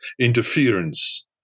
interference